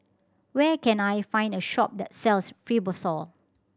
where can I find a shop that sells Fibrosol